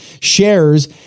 shares